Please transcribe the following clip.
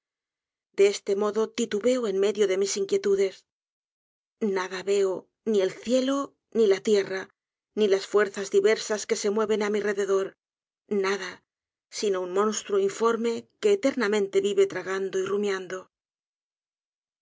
de este modo titubeo en medio de mis inquietudes nada veo ni el cielo ni la tierra ni las fuerzas diversas que se mueven á mi rededor nada sino u n monstruo informe que eternamente vive tragando y rumiando